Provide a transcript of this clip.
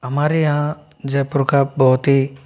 हमारे यहाँ जयपुर का बहुत ही